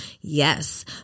Yes